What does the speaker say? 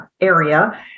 area